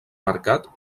mercat